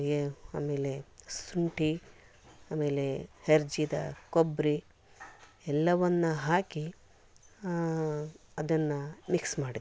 ಏ ಆಮೇಲೆ ಶುಂಠಿ ಆಮೇಲೆ ಹೆರ್ಜಿದ ಕೊಬ್ಬರಿ ಎಲ್ಲವನ್ನೂ ಹಾಕಿ ಅದನ್ನು ಮಿಕ್ಸ್ ಮಾಡಿದೆ